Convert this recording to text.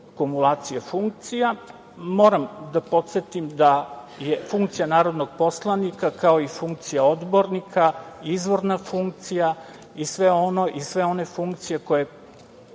kumulacije funkcija. Moram da podsetim da je funkcija narodnog poslanika, kao i funkcija odbornika, izvorna funkcija i sve one funkcije koje